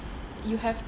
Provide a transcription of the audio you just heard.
you have